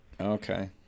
Okay